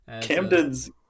Camden's